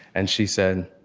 and she said,